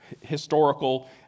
historical